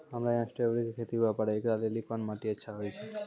हमरा यहाँ स्ट्राबेरी के खेती हुए पारे, इकरा लेली कोन माटी अच्छा होय छै?